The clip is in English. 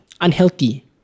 unhealthy